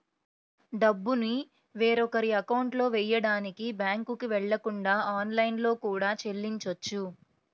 డబ్బుని వేరొకరి అకౌంట్లో వెయ్యడానికి బ్యేంకుకి వెళ్ళకుండా ఆన్లైన్లో కూడా చెల్లించొచ్చు